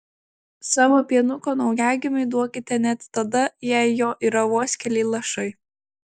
savo pienuko naujagimiui duokite net tada jei jo yra vos keli lašai